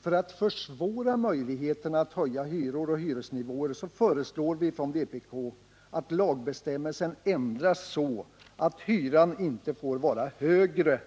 För att försvåra möjligheterna att höja hyror och hyresnivåer föreslår vi från vpk att lagbestämmelsen ändras så att hyran inte får vara högre